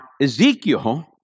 Ezekiel